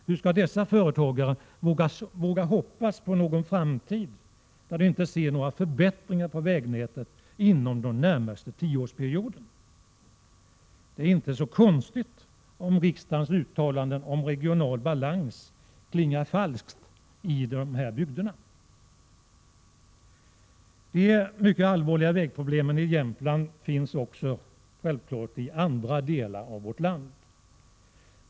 Hur skall dessa företagare våga hoppas på någon framtid, när de inte ser några förbättringar av vägnätet inom den närmaste tioårsperioden? Det är inte så konstigt om riksdagens uttalande om regional balans klingar falskt i dessa bygder. De mycket allvarliga vägproblemen i Jämtland har också sin motsvarighet i andra delar av Sverige.